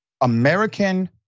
American